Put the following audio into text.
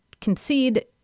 concede